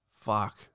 Fuck